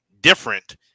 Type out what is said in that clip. different